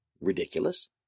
Ridiculous